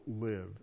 live